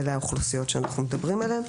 אלה האוכלוסיות עליהן אנחנו מדברים.